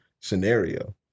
scenario